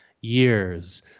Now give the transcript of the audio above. years